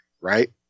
right